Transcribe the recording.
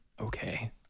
Okay